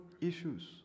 issues